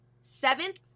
seventh